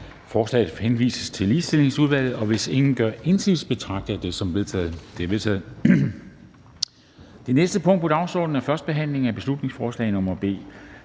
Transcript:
forslaget henvises til Ligestillingsudvalget. Hvis ingen gør indsigelse, betragter jeg det som vedtaget. Det er vedtaget. --- Det næste punkt på dagsordenen er: 10) 1. behandling af beslutningsforslag nr.